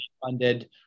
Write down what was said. funded